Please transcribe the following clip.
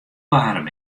waarm